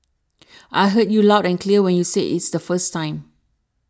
I heard you loud and clear when you said it the first time